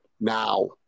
now